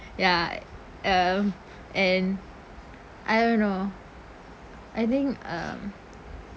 ya um and I don't know I think um